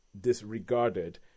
disregarded